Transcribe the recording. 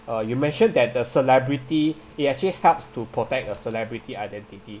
uh you mentioned that the celebrity it actually helps to protect a celebrity identity